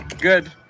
Good